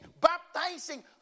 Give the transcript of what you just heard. baptizing